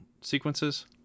sequences